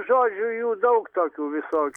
žodžių jų daug tokių visokių